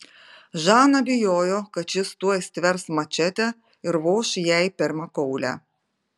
žana bijojo kad šis tuoj stvers mačetę ir voš jai per makaulę